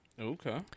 Okay